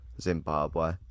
Zimbabwe